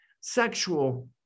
sexual